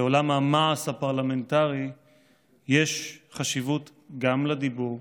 בעולם המעש הפרלמנטרי יש חשיבות גם לדיבור,